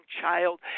child